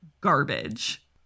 garbage